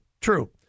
true